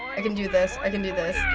i can do this. i can do this.